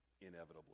inevitably